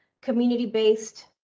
community-based